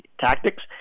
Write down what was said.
tactics